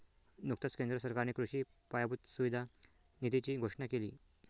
नुकताच केंद्र सरकारने कृषी पायाभूत सुविधा निधीची घोषणा केली